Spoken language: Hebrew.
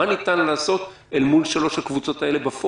מה ניתן לעשות בפועל אל מול שלוש הקבוצות האלה?